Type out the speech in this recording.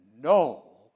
no